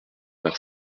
par